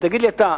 תגיד לי אתה,